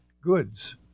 goods